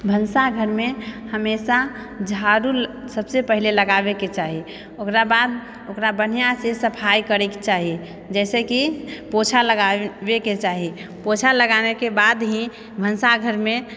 भनसाघरमे हमेशा झाड़ू सबसँ पहिले लगाबैके चाही ओकराबाद ओकरा बढ़िआँसँ सफाइ करैके चाही जाहिसँकि पोछा लगाबैके चाही पोछा लगानेके बाद ही भनसाघरमे